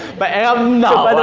but i am now.